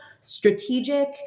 strategic